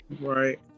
Right